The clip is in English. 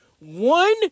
One